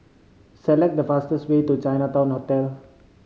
select the fastest way to Chinatown Hotel